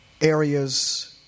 areas